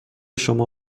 شما